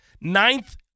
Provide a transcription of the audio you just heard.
ninth